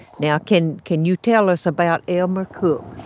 now, can can you tell us about elmer cook?